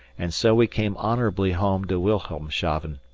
and so we came honourably home to wilhelmshaven,